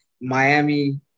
Miami